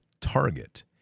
Target